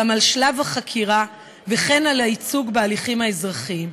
על שלב החקירה וכן על הייצוג בהליכים האזרחיים.